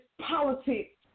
politics